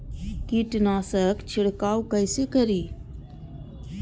कीट नाशक छीरकाउ केसे करी?